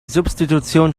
substitution